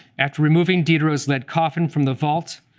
after removing diderot's lead coffin from the vault,